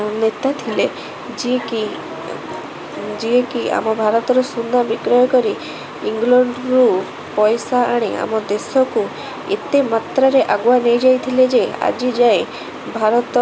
ଓ ନେତା ଥିଲେ ଯିଏ କି ଯିଏ କି ଆମ ଭାରତର ସୁନା ବିକ୍ରୟ କରି ଇଂଲଣ୍ଡରୁ ପଇସା ଆଣି ଆମ ଦେଶକୁ ଏତେ ମାତ୍ରାରେ ଆଗୁଆ ନେଇଯାଇଥିଲେ ଯେ ଆଜି ଯାଏଁ ଭାରତ